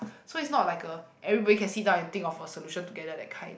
so it's not like a everybody can sit down and think of a solution together that kind